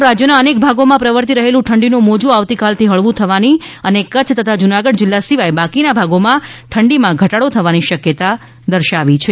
હવા માન રાજ્યના અનેક ભાગોમાં પ્રવર્તી રહેલું ઠંડીનું મોજું આવતીકાલથી હળવું થવાની અને કચ્છ તથા જૂનાગઢ જિલ્લા સિવાય બાકીના ભાગોમાં ઠંડીમાં ઘટાડો થવાની શક્યતા છે